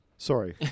Sorry